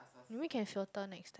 maybe can filter next